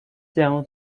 down